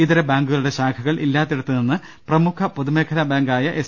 ഇതര ബാങ്കുകളുടെ ശാഖകൾ ഇല്ലാത്തിടത്തുനിന്ന് പ്രമുഖ പൊതുമേഖലാ ബാങ്കായ എസ്